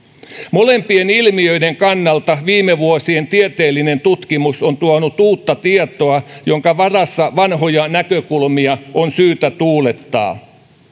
molempien ilmiöiden kannalta viime vuosien tieteellinen tutkimus on tuonut uutta tietoa jonka varassa vanhoja näkökulmia on syytä tuulettaa